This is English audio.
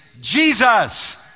Jesus